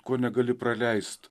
ko negali praleist